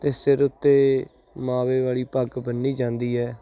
ਤੇ ਸਿਰ ਉੱਤੇ ਮਾਵੇ ਵਾਲੀ ਪੱਗ ਬੰਨੀ ਜਾਂਦੀ ਹੈ